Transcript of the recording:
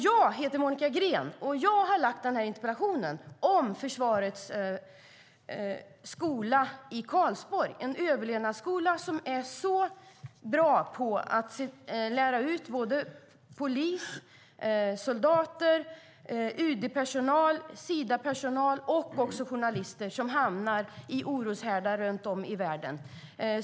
Jag heter Monica Green, och jag har ställt interpellationen om Försvarsmaktens överlevnadsskola i Karlsborg. Den är bra på att lära poliser, soldater, UD-personal, Sidapersonal och journalister som hamnar i oroshärdar runt om i världen.